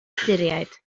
tuduriaid